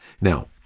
Now